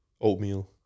Oatmeal